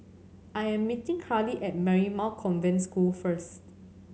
I am meeting Karli at Marymount Convent School first